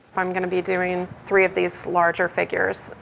i'm going to be doing three of these larger figures,